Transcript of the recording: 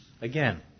Again